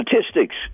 statistics